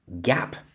gap